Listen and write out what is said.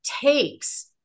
takes